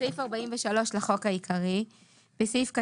סעיף 43 27. בסעיף 43 לחוק העיקרי,